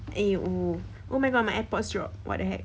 !aiyo! oh my god airpods dropped what the heck